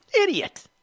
Idiot